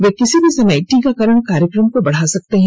वे किसी भी समय टीकाकरण कार्यक्रम को बढ़ा सकते हैं